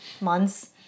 months